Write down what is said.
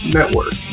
Network